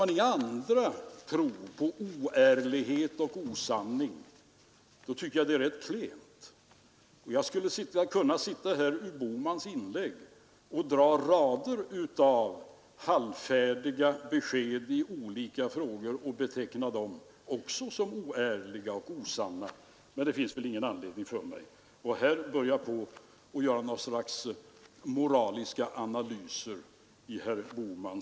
Ute i glesbygderna har vi människor som är för gamla att skolas om till nya arbeten om de är uppe i 60-årsåldern. De står visserligen till arbetsmarknadens förfogande, men det finns en mycket begränsad sfär av arbetsmöjligheter som man kan ge dem.